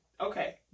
Okay